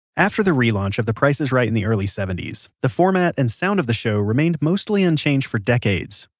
after the relaunch of the price is right in the early seventy s, the format and sound of the show remained mostly unchanged for decades.